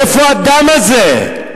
איפה הדם הזה?